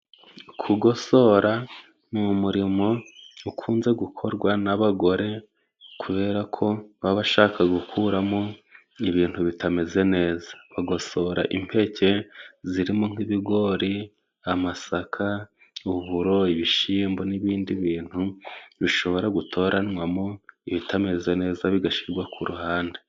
Kugosora ni umurimo ukunze gukorwa n'abagore kubera ko baba bashaka gukuramo ibintu bitameze neza, bagosora impeke zirimo nk'ibigori, amasaka, uburo, ibishyimbo n'ibindi bintu bishobora gutoranywamo ibitameze neza bigashyirwa ku ruhande.